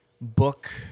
book